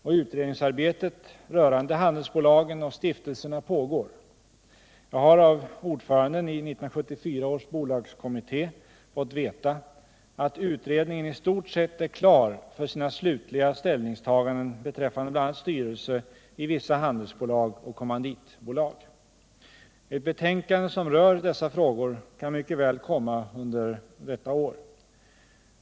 Och utredningsarbetet rörande handelsbolagen och stiftelserna pågår. Jag har av ordföranden i 1974 års bolagskommitté fått veta att utredningen i stort sett är klar för sina slutliga . ställningstaganden beträffande bl.a. styrelse i vissa handelsbolag och kommanditbolag. Ett betänkande som rör dessa frågor kan mycket väl komma under detta år.